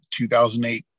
2008